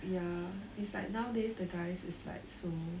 ya it's like nowadays the guys is like so